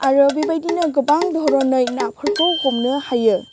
आरो बेबायदिनो गोबां धरनै नाफोरखौ हमनो हायो